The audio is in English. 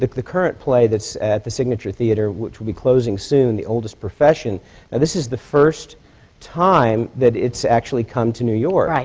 the current play that's at the signature theatre, which will be closing soon, the oldest profession now and this is the first time that it's actually come to new york. right.